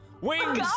wings